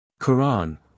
Quran